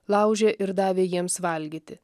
laužė ir davė jiems valgyti